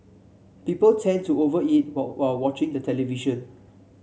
people tend to over eat while watching the television